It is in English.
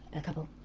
a couple?